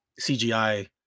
CGI